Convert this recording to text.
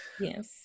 Yes